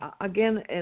Again